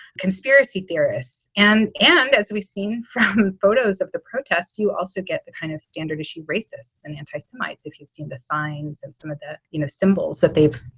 conspiracy theorists. and and as we've seen from photos of the protests, you also get the kind of standard issue, racist and anti-semite. if you've seen the signs and some of the you know symbols that they've